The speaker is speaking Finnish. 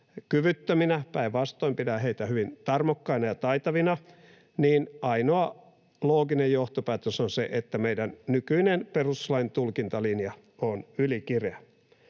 kyvyttöminä — päinvastoin, pidän heitä hyvin tarmokkaina ja taitavina — niin ainoa looginen johtopäätös on se, että meidän nykyinen perustuslain tulkintalinja on ylikireä.